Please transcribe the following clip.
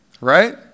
Right